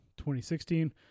2016